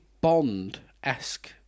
Bond-esque